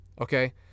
Okay